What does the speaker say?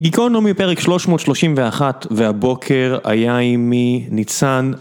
גיקונומי פרק 331 והבוקר היה עמי ניצן